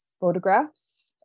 photographs